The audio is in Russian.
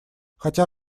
хотя